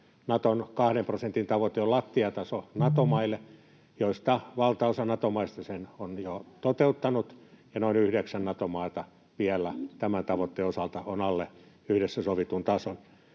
Naton kahden prosentin tavoite on lattiataso Nato-maille ja valtaosa Nato-maista sen on jo toteuttanut ja noin yhdeksän Nato-maata vielä tämän tavoitteen osalta on alle yhdessä sovitun tason.